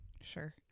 Sure